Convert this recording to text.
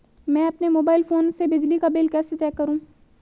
मैं अपने mobile phone से बिजली का बिल कैसे चेक करूं?